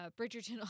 Bridgerton